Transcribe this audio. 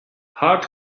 hart